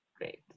Great